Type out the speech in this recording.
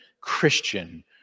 Christian